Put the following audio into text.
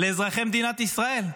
אזרחי מדינת ישראל?